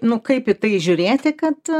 nu kaip į tai žiūrėti kad